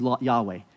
Yahweh